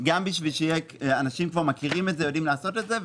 גם כי אנשים כבר מכירים אותה ויודעים לעשות את זה,